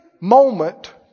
moment